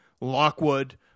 Lockwood